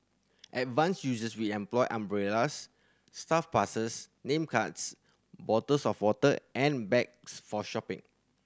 advanced users will employ umbrellas staff passes name cards bottles of water and bags for shopping